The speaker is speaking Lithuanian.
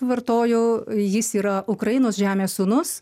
vartoju jis yra ukrainos žemės sūnus